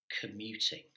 commuting